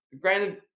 granted